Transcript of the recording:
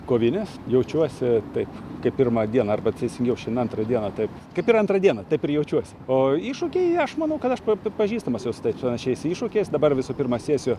kovinės jaučiuosi taip kaip pirmą dieną arba teisingiau šian antrą dieną tai kaip ir antrą dieną taip ir jaučiuosi o iššūkiai aš manau kad aš pa pažįstamas esu su tais panašiais iššūkiais dabar visų pirma sėsiu